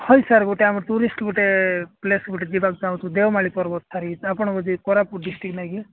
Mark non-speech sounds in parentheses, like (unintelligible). ହଁ ସାର୍ ଗୋଟେ ଆମର ଟୁରିଷ୍ଟ୍ ଗୋଟେ ପ୍ଲେସ୍ ଗୋଟେ ଯିବାକୁ ଚାହୁଁଛୁ ଦେଓମାଳି ପର୍ବତ (unintelligible) ଏଇଟା ଆପଣଙ୍କ ଯେ କୋରାପୁଟ ଡିଷ୍ଟିକ୍ ନାଇକି